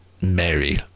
Mary